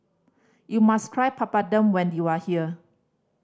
you must try Papadum when you are here